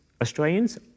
Australians